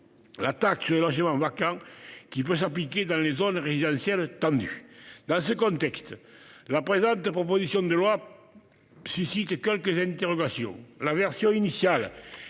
la taxe sur les logements vacants, qui peut s'appliquer dans les zones résidentielles tendues. Dans ce contexte, la présente proposition de loi suscite quelques interrogations. La version initiale